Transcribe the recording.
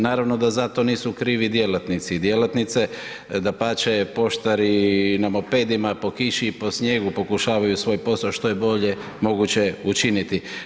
Naravno da za to nisu krivi djelatnici i djelatnice, dapače poštari na mopedima, po kiši i po snijegu pokušavaju svoj posao što je bolje moguće učiniti.